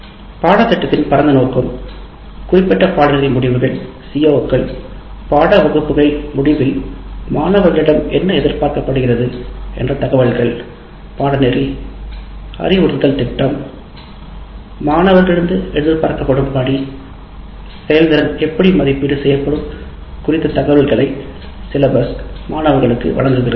பாடத்திட்டத்தின் பரந்த நோக்கம் குறிப்பிட்ட பாடநெறி முடிவுகள் சிஓக்கள் பாட வகுப்புகளில் முடிவில் மாணவர்களிடம் என்ன எதிர்பார்க்கப்படுகிறது என்ற தகவல்கள் பாடநெறி அறிவுறுத்தல் திட்டம் மாணவர்களிடமிருந்து எதிர்பார்க்கப்படும் பணி செயல்திறன் எப்படி மதிப்பீடு செய்யப்படும் குறித்த தகவல்களை சிலபஸ் மாணவர்களுக்கு வழங்குகிறது